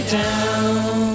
down